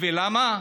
ולמה?